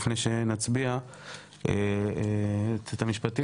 לפני שנצביע, היועצת המשפטית.